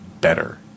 better